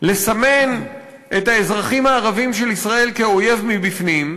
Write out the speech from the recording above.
לסמן את האזרחים הערבים של ישראל כאויב מבפנים,